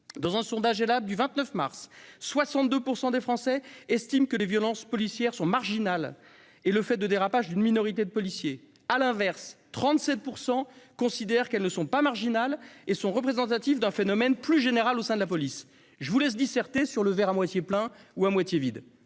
Selon un sondage Elabe du 29 mars dernier, 62 % des Français estiment que les violences policières sont marginales et que les dérapages sont le fait d'une minorité de policiers. À l'inverse, 37 % d'entre eux considèrent que ces violences ne sont pas marginales et sont représentatives d'un phénomène plus général au sein de la police. Je vous laisse disserter sur le verre à moitié plein ou à moitié vide.